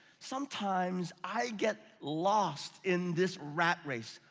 sometimes i get lost in this rat race.